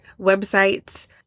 websites